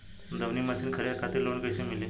दऊनी मशीन खरीदे खातिर लोन कइसे मिली?